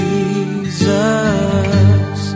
Jesus